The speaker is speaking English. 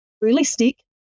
realistic